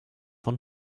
von